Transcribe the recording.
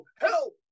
help